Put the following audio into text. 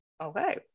Okay